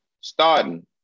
Starting